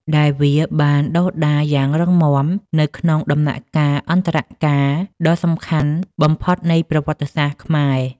ដែលវាបានដុះដាលយ៉ាងរឹងមាំនៅក្នុងដំណាក់កាលអន្តរកាលដ៏សំខាន់បំផុតនៃប្រវត្តិសាស្ត្រខ្មែរ។